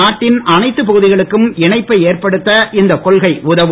நாட்டின் அனைத்து பகுதிகளுக்கும் இணைப்பை ஏற்படுத்த உதவும் இந்த கொள்கை உதவும்